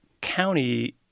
county